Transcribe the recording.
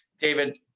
David